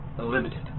limited